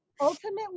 ultimately